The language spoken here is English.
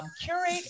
curate